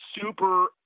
super